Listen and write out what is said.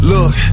Look